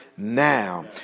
Now